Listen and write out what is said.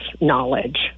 knowledge